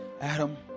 Adam